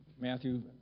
Matthew